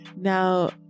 Now